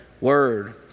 word